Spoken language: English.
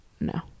No